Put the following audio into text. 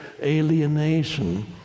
alienation